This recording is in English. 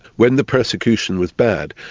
when the persecution was bad,